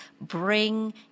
bring